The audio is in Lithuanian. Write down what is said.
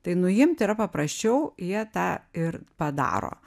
tai nuimt yra paprasčiau jie tą ir padaro